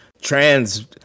trans